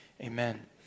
amen